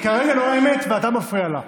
היא כרגע נואמת ואתה מפריע לה.